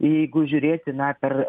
jeigu žiūrėti na per